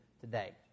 today